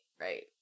right